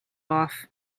off